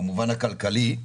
כמובן הכלכלי.